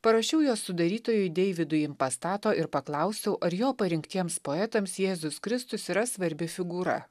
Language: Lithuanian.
parašiau jos sudarytojui deividui pastato ir paklausiau ar jo parinktiems poetams jėzus kristus yra svarbi figūra